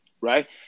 right